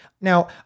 Now